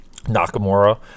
nakamura